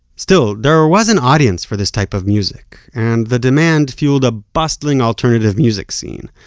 still, there was an audience for this type of music, and the demand fueled a bustling alternative music scene.